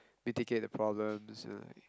mitigate the problems you know like